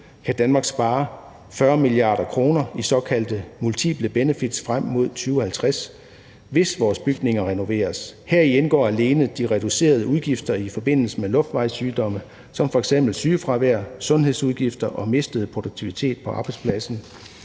kan Danmark spare 40 mia. kr. i såkaldte multiple benefits frem mod 2050, hvis vores bygninger renoveres. Heri indgår alene de reducerede udgifter i forbindelse med luftvejssygdomme som f.eks. sygefravær, sundhedsudgifter og mistet produktivitet på arbejdspladsen.